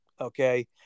Okay